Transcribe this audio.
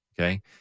okay